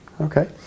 Okay